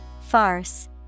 Farce